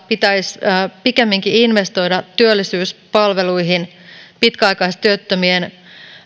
pitäisi pikemminkin investoida työllisyyspalveluihin pitkäaikaistyöttömien